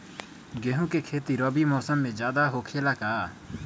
गेंहू के खेती रबी मौसम में ज्यादा होखेला का?